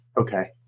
Okay